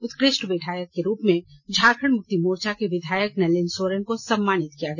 उत्कृष्ट विधायक के रूप में झारखंड मुक्ति मोर्चा के विधायक नलिन सोरेन को सम्मानित किया गया